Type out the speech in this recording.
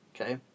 Okay